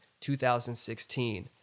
2016